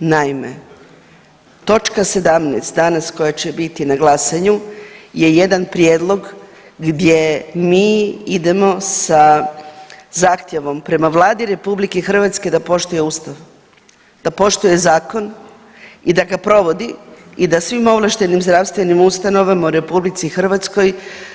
Naime, točka 17. danas koja će biti na glasanju je jedan prijedlog gdje mi idemo sa zahtjevom prema Vladi RH da poštuje ustav, da poštuje zakon i da ga provodi i da svim ovlaštenim zdravstvenim ustanovama u RH